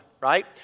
right